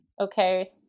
okay